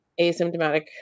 asymptomatic